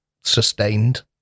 sustained